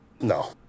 no